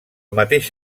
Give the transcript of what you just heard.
mateix